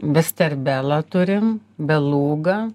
besterbelą turim belugą